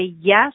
yes